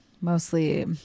Mostly